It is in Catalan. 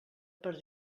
per